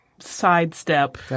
Sidestep